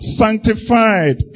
sanctified